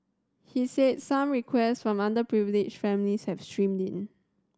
he said some requests from underprivileged families have streamed in